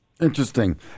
interesting